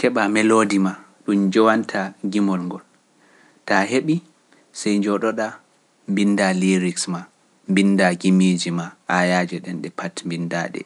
keɓa melodi ma ɗum jowanta jimol ngol, ta heɓi sey njoɗoɗa mbinnda liriks ma, mbinnda jimiiji ma aayaaji ɗen ɗe pati mbinnda ɗe,